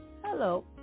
hello